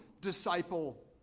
disciple